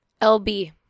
L-B